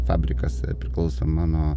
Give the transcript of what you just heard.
fabrikas priklauso mano